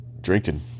drinking